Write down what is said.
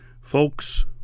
Folks